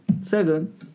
second